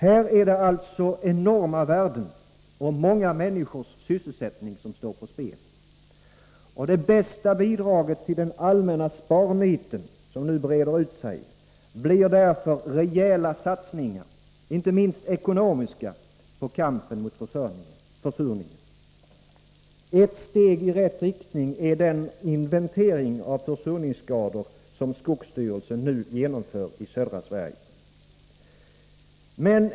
Här är det alltså enorma värden och många människors sysselsättning som står på spel. Det bästa bidraget till den allmänna sparniten, som nu breder ut sig, blir därför rejäla satsningar — inte minst ekonomiska — på kampen mot försurningen. Ett steg i rätt riktning är den inventering av försurningsskador som skogsstyrelsen nu genomför i södra Sverige.